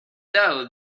though